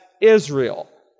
Israel